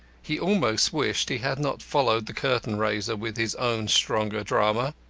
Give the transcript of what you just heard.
he almost wished he had not followed the curtain-raiser with his own stronger drama.